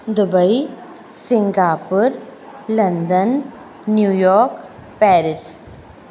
Dubai Singapore London New York Paris